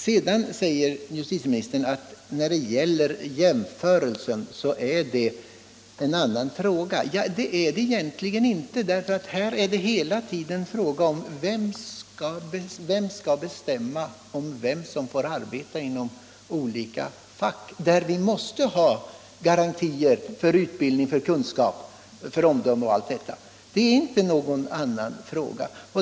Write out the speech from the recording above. Sedan sade herr justitieministern att den jämförelse jag gjorde gällde en annan fråga. Så är egentligen inte fallet, för här är det hela tiden fråga om vem som skall bestämma om vilka personer som skall få arbeta inom olika fack, där vi måste ha garantier för utbildning, för kunskaper, för omdöme och allt sådant.